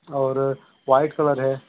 और white colour है